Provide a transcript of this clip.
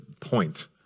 point